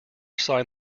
signed